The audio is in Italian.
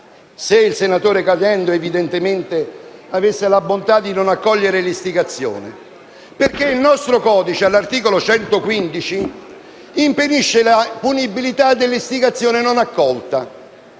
se il senatore Caliendo, evidentemente, avesse la bontà di non accogliere l'istigazione. Ciò perché il nostro codice penale, all'articolo 115, impedisce la punibilità dell'istigazione non accolta.